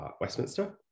Westminster